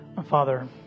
Father